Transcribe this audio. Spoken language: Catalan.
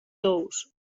tous